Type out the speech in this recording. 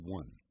one